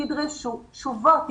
תדרשו תשובות.